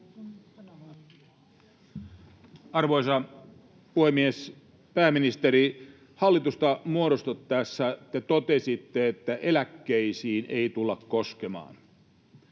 Arvoisa puhemies! Pääministeri, hallitusta muodostettaessa te totesitte, että eläkkeisiin ei tulla koskemaan.